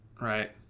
right